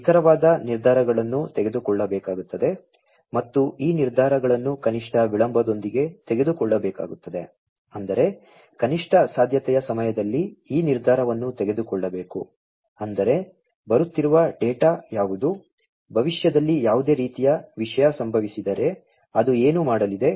ನಿಖರವಾದ ನಿರ್ಧಾರಗಳನ್ನು ತೆಗೆದುಕೊಳ್ಳಬೇಕಾಗುತ್ತದೆ ಮತ್ತು ಈ ನಿರ್ಧಾರಗಳನ್ನು ಕನಿಷ್ಠ ವಿಳಂಬದೊಂದಿಗೆ ತೆಗೆದುಕೊಳ್ಳಬೇಕಾಗುತ್ತದೆ ಅಂದರೆ ಕನಿಷ್ಠ ಸಾಧ್ಯತೆಯ ಸಮಯದಲ್ಲಿ ಈ ನಿರ್ಧಾರವನ್ನು ತೆಗೆದುಕೊಳ್ಳಬೇಕು ಅಂದರೆ ಬರುತ್ತಿರುವ ಡೇಟಾ ಯಾವುದು ಭವಿಷ್ಯದಲ್ಲಿ ಯಾವುದೇ ರೀತಿಯ ವಿಷಯ ಸಂಭವಿಸಿದರೆ ಅದು ಏನು ಮಾಡಲಿದೆ